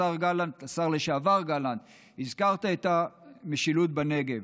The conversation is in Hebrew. השר לשעבר גלנט, הזכרת את המשילות בנגב.